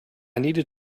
needed